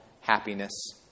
happiness